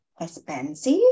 expensive